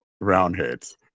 roundheads